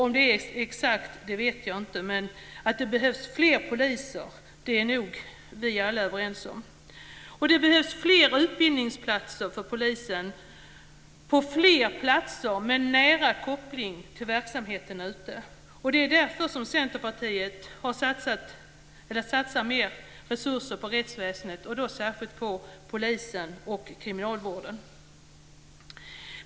Om siffran är exakt vet jag inte, men att det behövs fler poliser är vi nog alla överens om. Och det behövs fler utbildningsplatser för polisen, på fler platser och med en nära koppling till verksamheten ute på fältet. Det är därför som Centerpartiet satsar mer resurser på rättsväsendet, och då särskilt på polisen och kriminalvården.